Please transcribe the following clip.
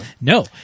No